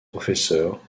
professeurs